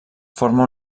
forma